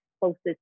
closest